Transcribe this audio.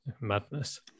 Madness